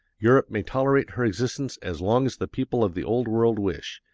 europe may tolerate her existence as long as the people of the old world wish.